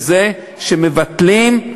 בזה שמבטלים,